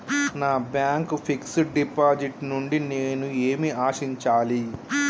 నా bank fixed deposit నుండి నేను ఏమి ఆశించాలి?